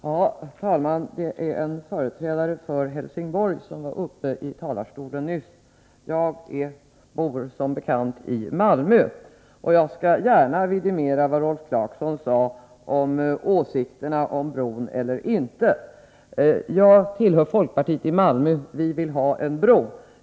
Herr talman! Det var en företrädare för Helsingborg som var uppe i talarstolen nyss. Jag bor som bekant i Malmö, och jag skall gärna vidimera vad Rolf Clarkson sade när det gäller åsikterna om bro eller inte bro. Jag tillhör folkpartiet i Malmö — vi vill ha en bro.